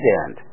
end